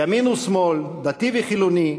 ימין ושמאל, דתי וחילוני,